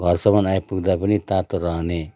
घरसम्म आइपुग्दा पनि तातो रहने